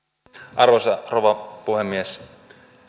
arvoisa rouva puhemies